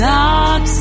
dark